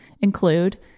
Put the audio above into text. include